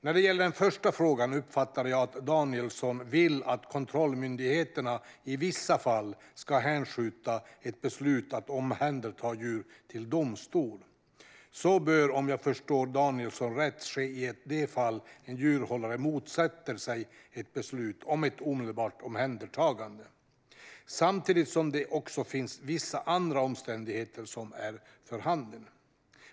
När det gäller den första frågan uppfattar jag att Danielsson vill att kontrollmyndigheterna i vissa fall ska hänskjuta ett beslut att omhänderta djur till domstol. Så bör, om jag förstår Danielsson rätt, ske i de fall en djurhållare motsätter sig ett beslut om ett omedelbart omhändertagande samtidigt som det finns vissa andra omständigheter som är för handen.